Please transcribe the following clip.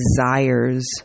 desires